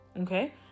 Okay